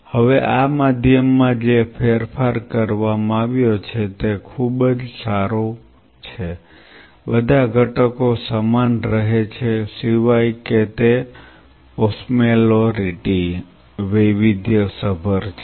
હવે આ માધ્યમમાં જે ફેરફાર કરવામાં આવ્યો છે તે ખૂબ જ સારું છે બધા ઘટકો સમાન રહે છે સિવાય કે તે ઓસ્મોલેરિટી વૈવિધ્યસભર છે